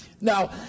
Now